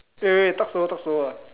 eh wait wait wait talk slower talk slower